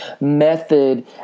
method